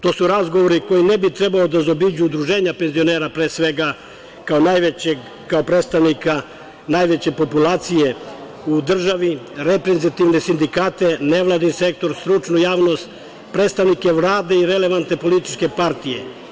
To su razgovori koje ne bi trebalo da zaobiđu udruženja penzionera pre svega kao predstavnika najveće populacije u državi, reprezentativne sindikate, nevladin sektor, stručnu javnost, predstavnike rada i relevantne političke partije.